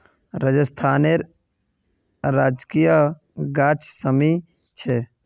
राजस्थानेर राजकीय गाछ शमी छे